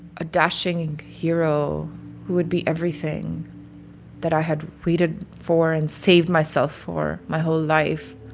a dashing hero who would be everything that i had waited for and saved myself for my whole life.